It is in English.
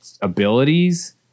abilities